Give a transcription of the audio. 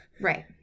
Right